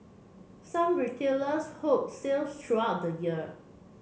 some retailers hold sales throughout the year